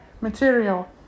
material